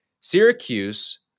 Syracuse